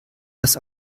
das